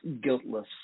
guiltless